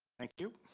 thank you.